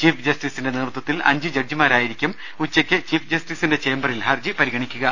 ചീഫ്ജസ്റ്റിസിന്റെ നേതൃത്തിൽ അഞ്ച് ജഡ്ജിമാരായിരിക്കും ഉച്ചയ്ക്ക് ചീഫ് ജസ്റ്റിസിന്റെ ചേമ്പറിൽ ഹർജി പരിഗണിക്കുക